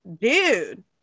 dude